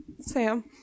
Sam